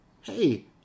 hey